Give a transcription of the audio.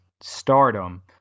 stardom